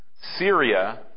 Syria